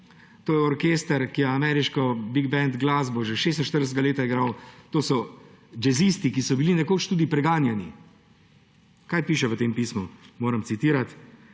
To je orkester, ki je ameriško big band glasbo igral že leta 1946, to so džezisti, ki so bili nekoč tudi preganjani. Kaj piše v tem pismu? Citiram: